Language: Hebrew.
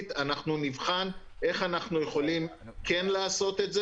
--- אני חושב שהמנכ"ל אפילו שכנע אותנו,